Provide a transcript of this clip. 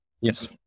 yes